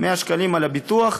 100 שקלים על הביטוח,